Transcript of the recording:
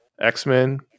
X-Men